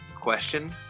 Question